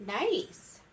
nice